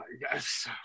Yes